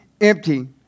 empty